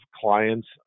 clients